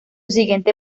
siguiente